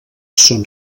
són